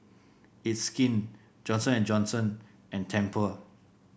It's Skin Johnson And Johnson and Tempur